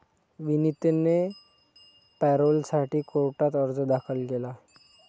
विनीतने पॅरोलसाठी कोर्टात अर्ज दाखल केला